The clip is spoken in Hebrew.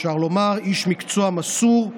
שהוא, אפשר לומר, איש מקצוע מסור,